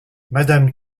madame